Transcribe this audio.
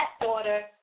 daughter